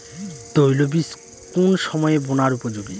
তৈলবীজ কোন সময়ে বোনার উপযোগী?